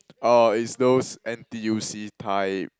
or is those N_T_U_C type